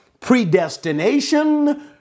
predestination